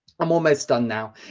i'm almost done now.